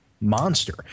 monster